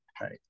right